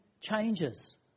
changes